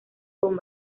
con